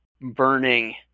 burning